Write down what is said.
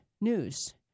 news